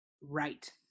Right